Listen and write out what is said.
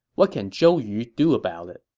what can zhou yu do about it?